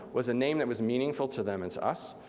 was a name that was meaningful to them and to us.